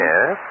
Yes